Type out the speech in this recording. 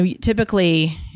Typically